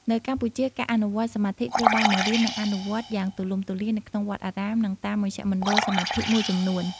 នៅកម្ពុជា ការអនុវត្តន៍សមាធិត្រូវបានបង្រៀន និងអនុវត្តយ៉ាងទូលំទូលាយនៅក្នុងវត្តអារាម និងតាមមជ្ឈមណ្ឌលសមាធិមួយចំនួន។